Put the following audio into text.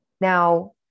now